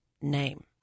name